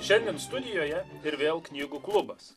šiandien studijoje ir vėl knygų klubas